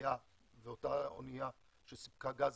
שהיה באותה אנייה שסיפקה גז